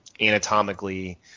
anatomically